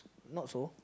not so